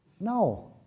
No